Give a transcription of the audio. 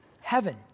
heaven